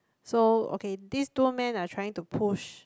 so okay this two men I trying to push